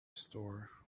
store